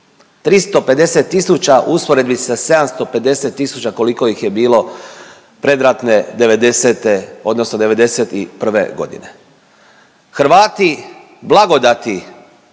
350 tisuća u usporedbi sa 750 tisuća koliko ih je bilo predratne '90.-te odnosno '91.g.. Hrvati blagodati